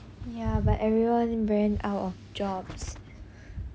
ya but everyone ran out of jobs